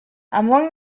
among